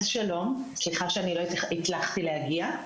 שלום, סליחה שלא הצלחתי להגיע.